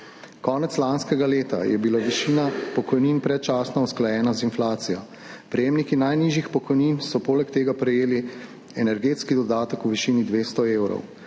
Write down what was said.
Konec lanskega leta je bila višina pokojnin predčasno usklajena z inflacijo, prejemniki najnižjih pokojnin so poleg tega prejeli energetski dodatek v višini 200 evrov,